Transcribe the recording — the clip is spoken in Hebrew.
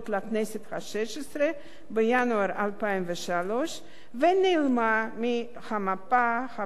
השש-עשרה בינואר 2003 ונעלמה מהמפה הפוליטית,